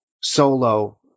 solo